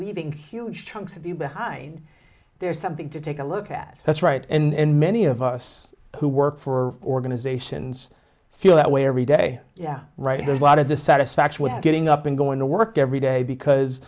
leaving huge chunks of you behind there's something to take a look at that's right and many of us who work for organizations feel that way every day yeah right there's a lot of dissatisfaction with getting up and going to work every day because